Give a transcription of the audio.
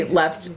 left